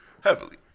heavily